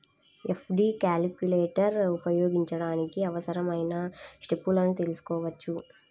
FD calculator ఉపయోగించడానికి అవసరమైన స్టెప్పులను తెల్సుకోవాలి